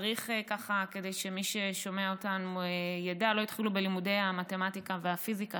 כדי שמי ששומע אותנו ידע: לא התחילו בלימודי המתמטיקה והפיזיקה,